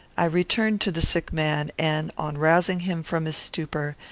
i returned to the sick man, and, on rousing him from his stupor,